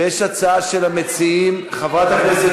ויש הצעה של המציעים, חברת הכנסת